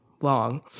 long